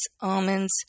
almonds